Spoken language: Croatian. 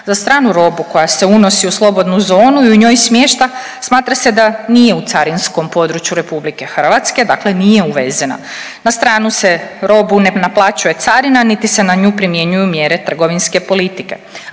Za stranu robu koja se unosi u slobodnu zonu i u njoj smješta smatra se da nije u carinskom području RH, dakle nije uvezena. Na stranu se robu ne naplaćuje carina niti se na nju primjenjuju mjere trgovinske politike.